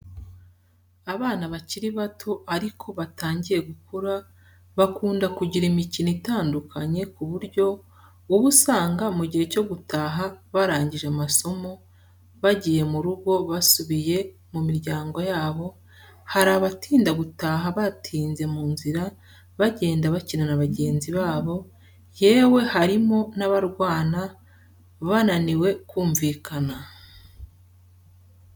Abana bakiri bato ariko batangiye gukura, bakunda kugira imikino itandukanye ku buryo uba usanga mu gihe cyo gutaha barangije amasomo bagiye mu rugo basubiye mu miryango yabo, hari abatinda gutaha batinze mu nzira bagenda bakina na bagenzi babo yewe harimo n'abarwana bananiwe kumvikana.